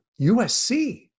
USC